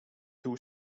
two